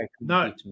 No